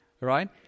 right